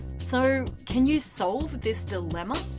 so, can you solve this dilemma?